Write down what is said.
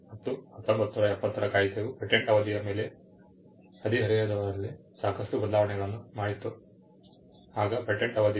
ಮತ್ತು 1970 ರ ಕಾಯಿದೆಯು ಪೇಟೆಂಟ್ ಅವಧಿಯ ಮೇಲೆ ಹದಿಹರೆಯದವರಲ್ಲಿ ಸಾಕಷ್ಟು ಬದಲಾವಣೆಗಳನ್ನು ಮಾಡಿತು